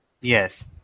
Yes